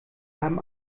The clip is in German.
haben